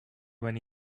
when